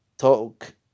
talk